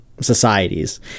societies